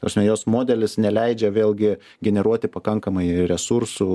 ta prasme jos modelis neleidžia vėlgi generuoti pakankamai resursų